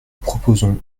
proposons